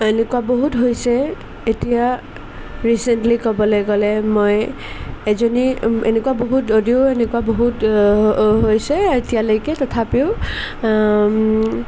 এনেকুৱা বহুত হৈছে এতিয়া ৰিচেণ্টলি ক'বলৈ গ'লে মই এজনী এনেকুৱা বহুত যদিও এনেকুৱা বহুত হৈছে এতিয়ালৈকে তথাপিও